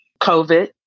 COVID